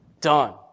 done